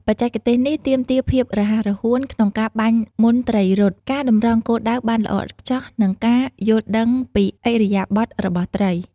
បច្ចេកទេសនេះទាមទារភាពរហ័សរហួន ក្នុងការបាញ់មុនត្រីរត់ ការតម្រង់គោលដៅបានល្អឥតខ្ចោះ និងការយល់ដឹងពីឥរិយាបថរបស់ត្រី។